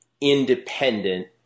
independent